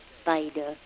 spider